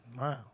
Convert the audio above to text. Wow